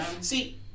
see